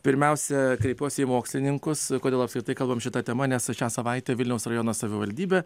pirmiausia kreipiuosi į mokslininkus kodėl apskritai kalbam šita tema nes šią savaitę vilniaus rajono savivaldybė